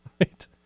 right